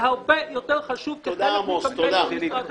זה הרבה יותר חשוב כחלק מקמפיין של משרד הבריאות.